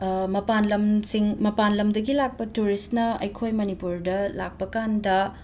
ꯃꯄꯥꯟ ꯂꯝꯁꯤꯡ ꯃꯄꯥꯟ ꯂꯝꯗꯒꯤ ꯂꯥꯛꯄ ꯇꯨꯔꯤꯁꯅ ꯑꯩꯈꯣꯏ ꯃꯅꯤꯄꯨꯔꯗ ꯂꯥꯛꯄꯀꯥꯟꯗ